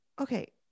okay